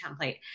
template